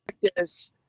practice